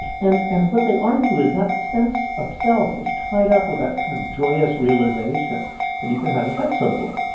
and and what they argue is that sense of self is tied up with that kind of joyous realization that you can have effects on the world